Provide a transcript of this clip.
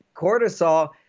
cortisol